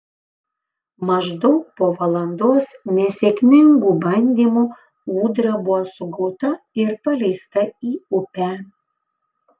maždaug po valandos nesėkmingų bandymų ūdra buvo sugauta ir paleista į upę